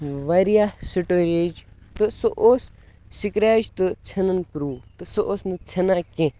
واریاہ سِٹوریج تہٕ سُہ اوس سِکریچ تہٕ ژھٮ۪نان پرٛوٗف تہٕ سُہ اوس نہٕ ژھٮ۪نان کینٛہہ